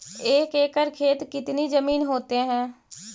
एक एकड़ खेत कितनी जमीन होते हैं?